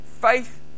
Faith